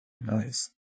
Nice